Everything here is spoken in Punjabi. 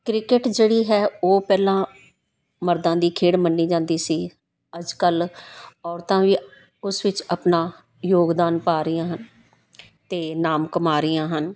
ਕ੍ਰਿਕੇਟ ਜਿਹੜੀ ਹੈ ਉਹ ਪਹਿਲਾਂ ਮਰਦਾਂ ਦੀ ਖੇਡ ਮੰਨੀ ਜਾਂਦੀ ਸੀ ਅੱਜ ਕੱਲ੍ਹ ਔਰਤਾਂ ਵੀ ਉਸ ਵਿੱਚ ਆਪਣਾ ਯੋਗਦਾਨ ਪਾ ਰਹੀਆਂ ਹਨ ਅਤੇ ਨਾਮ ਕਮਾ ਰਹੀਆਂ ਹਨ